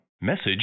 Message